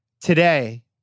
today